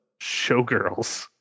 Showgirls